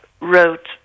wrote